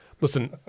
Listen